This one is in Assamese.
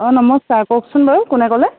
অ নমস্কাৰ কওকচোন বাৰু কোনে ক'লে